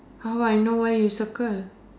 how I know why you circle